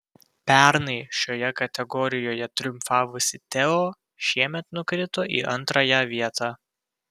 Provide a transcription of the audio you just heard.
pernai šioje kategorijoje triumfavusi teo šiemet nukrito į antrąją vietą